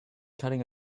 cutting